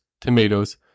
tomatoes